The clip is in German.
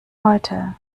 heute